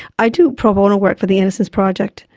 i do pro bono work for the innocence project.